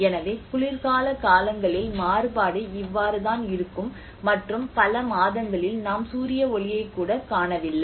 எனவே குளிர்கால காலங்களில் மாறுபாடு இவ்வாறு தான் இருக்கும் மற்றும் பல மாதங்களில் நாம் சூரிய ஒளியைக் கூட காணவில்லை